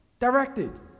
directed